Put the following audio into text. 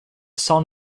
son